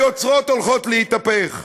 היוצרות הולכים להתהפך.